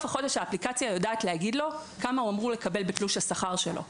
החודש האפליקציה יודעת להגיד לו כמה הוא אומר לקבל בתלוש השכר שלו.